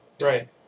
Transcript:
Right